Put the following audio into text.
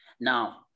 Now